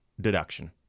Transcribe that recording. deduction